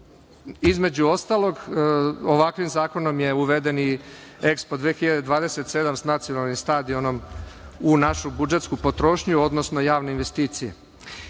ostalog, ovakvim Zakon je uveden i EKSPO 2027 sa nacionalnim stadionom u našu budžetsku potrošnju, odnosno javne investicije.U